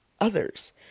others